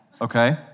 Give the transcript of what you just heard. Okay